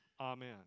Amen